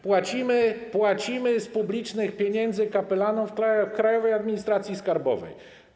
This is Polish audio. Płacimy z publicznych pieniędzy kapelanom w Krajowej Administracji Skarbowej.